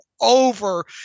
over